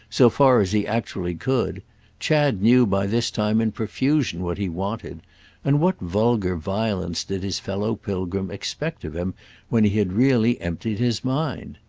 so far as he actually could chad knew by this time in profusion what he wanted and what vulgar violence did his fellow pilgrim expect of him when he had really emptied his mind?